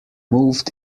moved